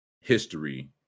history